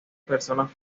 personas